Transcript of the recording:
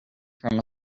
from